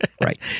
Right